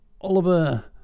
Oliver